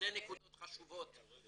נקודות חשובות